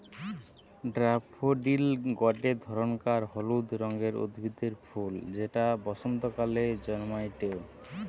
daffodil গটে ধরণকার হলুদ রঙের উদ্ভিদের ফুল যেটা বসন্তকালে জন্মাইটে